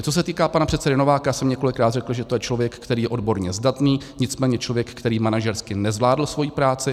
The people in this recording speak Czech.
Co se týká pana předsedy Nováka, já jsem několikrát řekl, že je to člověk, který je odborně zdatný, nicméně člověk, který manažersky nezvládl svoji práci.